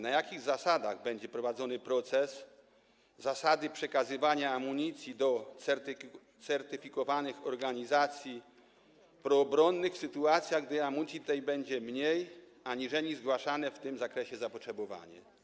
Na jakich zasadach będzie prowadzony proces przekazywania amunicji do certyfikowanych organizacji proobronnych w sytuacjach, gdy amunicji tej będzie mniej aniżeli zgłaszane w tym zakresie zapotrzebowanie?